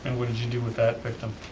and what did you do with that victim?